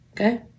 okay